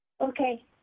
Okay